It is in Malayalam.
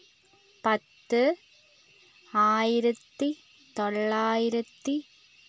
പത്ത് ആയിരത്തി തൊള്ളായിരത്തി